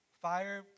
fire